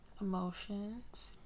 emotions